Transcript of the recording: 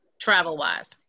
travel-wise